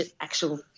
actual